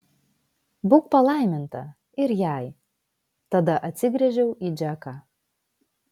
būk palaiminta ir jai tada atsigręžiau į džeką